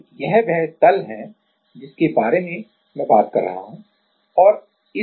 तो यह वह तल है जिसके बारे में मैं बात कर रहा हूँ और इस तल पर ये 4 परमाणु हैं